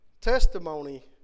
testimony